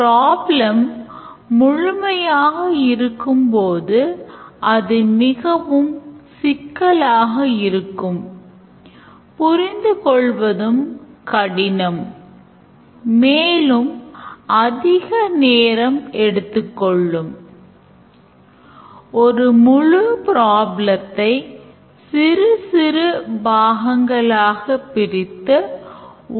அதேபோல் நூலகர் தற்போதைய இருப்பை சரிபார்த்தல் புத்தக கொள்முதல் விலையை உள்ளிடுதல் சேகரிக்கப்பட்ட அபராதத்தை சரிபார்த்தல் உறுப்பினர் கட்டணம் வசூலிக்கப்படுதல் மற்றும் சில செயல்பாடுகளைக் கொண்டுள்ளார்